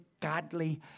godly